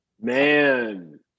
Man